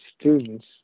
students